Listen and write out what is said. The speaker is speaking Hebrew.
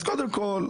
אז קודם כול,